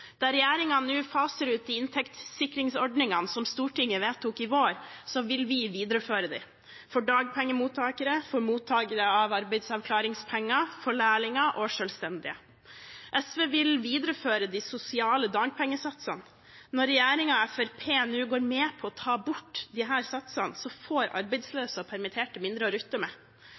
Der regjeringen nå faser ut de inntektssikringsordningene som Stortinget vedtok i vår, vil vi videreføre dem – for dagpengemottakere, for mottakere av arbeidsavklaringspenger, for lærlinger og for selvstendige. SV vil videreføre de sosiale dagpengesatsene. Når regjeringen og Fremskrittspartiet nå går med på å ta bort disse satsene, får arbeidsløse og permitterte mindre å rutte med.